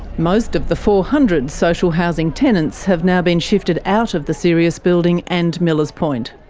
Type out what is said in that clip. most of the four hundred social housing tenants have now been shifted out of the sirius building and millers point.